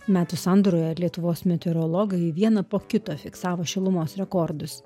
metų sandūroje lietuvos meteorologai vieną po kito fiksavo šilumos rekordus